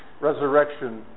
resurrection